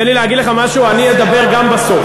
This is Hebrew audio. תן לי להגיד לך משהו: אני אדבר גם בסוף.